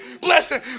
blessing